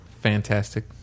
fantastic